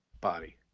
body